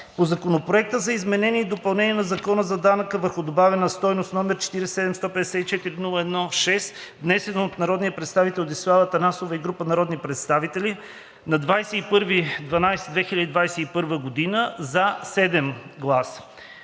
по Законопроект за изменение и допълнение на Закона за данъка върху добавената стойност, № 47-154-01-6, внесен от народния представител Десислава Атанасова и група народни представители на 21 декември 2021